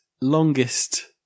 longest